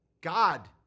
God